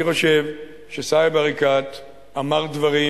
אני חושב שסאיב עריקאת אמר דברים